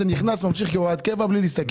זה נכנס וממשיך כהוראת קבע בלי להסתכל.